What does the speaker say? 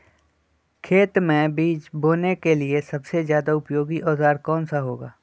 खेत मै बीज बोने के लिए सबसे ज्यादा उपयोगी औजार कौन सा होगा?